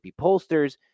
pollsters